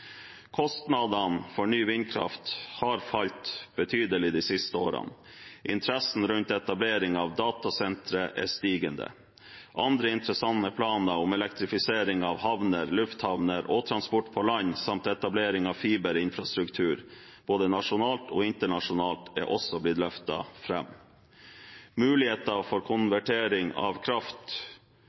Kostnadene for ny vindkraft har falt betydelig de siste årene. Interessen rundt etablering av datasentre er stigende. Andre interessante planer om elektrifisering av havner, lufthavner og transport på land samt etablering av fiberinfrastruktur, både nasjonalt og internasjonalt, er også blitt løftet fram. Muligheter for konvertering av kraft